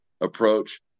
approach